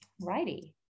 Righty